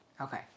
okay